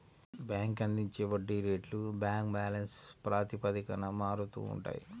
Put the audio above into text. bank అందించే వడ్డీ రేట్లు బ్యాంక్ బ్యాలెన్స్ ప్రాతిపదికన మారుతూ ఉంటాయి